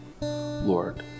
Lord